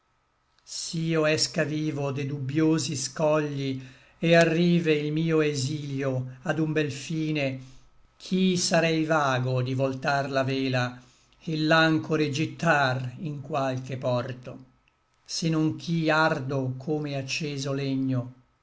s'io esca vivo de dubbiosi scogli et arrive il mio exilio ad un bel fine ch'i sarei vago di voltar la vela et l'anchore gittar in qualche porto se non ch'i ardo come acceso legno